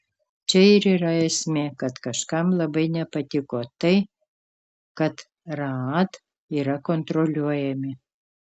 čia ir yra esmė kad kažkam labai nepatiko tai kad raad yra kontroliuojami